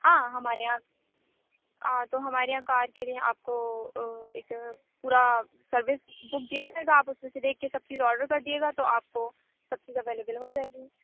ہاں ہمارے یہاں تو ہمارے یہاں کار کے لیے آپ كو ایک پورا سروس بک دیا جائے گا آپ اُس میں سے دیكھ كے سب چیز آڈر کر دیجیے گا تو آپ کو ٹیکسی اویلیبل ہو جائے گی